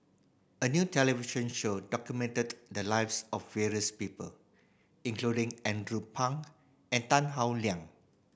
a new television show documented the lives of various people including Andrew Phang and Tan Howe Liang